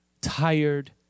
Tired